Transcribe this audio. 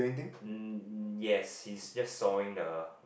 mm yes he's just sawing the